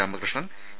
Ramakrishnan A